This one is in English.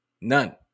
none